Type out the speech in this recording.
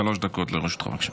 שלוש דקות לרשותך, בבקשה.